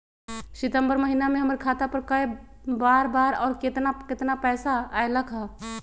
सितम्बर महीना में हमर खाता पर कय बार बार और केतना केतना पैसा अयलक ह?